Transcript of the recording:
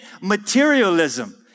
materialism